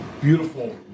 beautiful